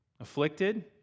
afflicted